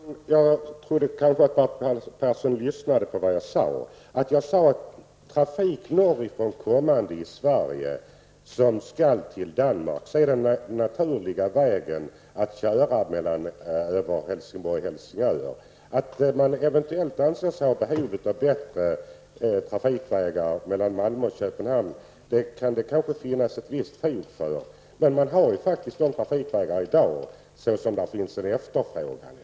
Herr talman! Jag trodde att Bertil Persson lyssnade på vad jag sade. Jag sade nämligen att det för norrifrån, från Sverige, kommande trafik som skall till Danmark är naturligt att köra via Helsingborg-- Helsingör. Åsikten att det finns behov av bättre trafikvägar mellan Malmö och Köpenhamn finns det kanske ett visst fog för. Men de trafikvägar som efterfrågas finns faktiskt i dag.